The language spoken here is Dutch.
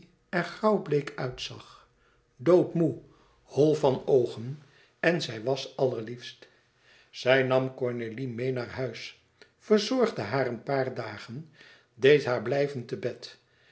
er grauwbleek uitzag doodmoê hol van oogen en zij was allerliefst zij nam cornélie meê naar huis verzorgde haar een paar dagen deed haar blijven te bed